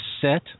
set